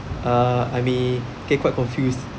uh I mean can quite confused